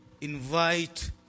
invite